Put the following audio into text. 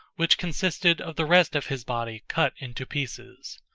which consisted of the rest of his body cut into pieces.